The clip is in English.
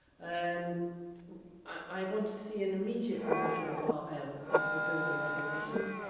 and i want to see an immediate revision of part l of the building regulations.